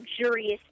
luxurious